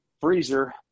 freezer